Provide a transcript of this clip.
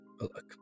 look